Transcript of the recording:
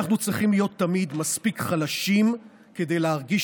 "אנחנו צריכים להיות תמיד מספיק חלשים כדי להרגיש